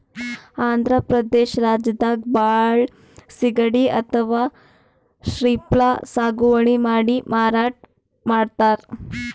ಆಂಧ್ರ ಪ್ರದೇಶ್ ರಾಜ್ಯದಾಗ್ ಭಾಳ್ ಸಿಗಡಿ ಅಥವಾ ಶ್ರೀಮ್ಪ್ ಸಾಗುವಳಿ ಮಾಡಿ ಮಾರಾಟ್ ಮಾಡ್ತರ್